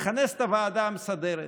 לכנס את הוועדה המסדרת,